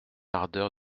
ardeur